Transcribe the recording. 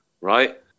right